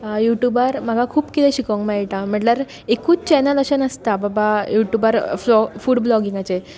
U ट्यूबार म्हाका खूब कितें शिकूंक मेळटा म्हणल्यार एकूच चॅनल अशें नासता बाबा यु ट्यूबार फुड ब्लॉगीगांचें